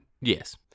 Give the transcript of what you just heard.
Yes